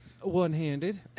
One-handed